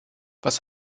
was